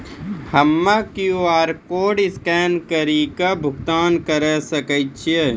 हम्मय QR code scan कड़ी के भुगतान करें सकय छियै?